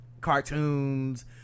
cartoons